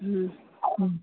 ಹ್ಞೂ ಹ್ಞೂ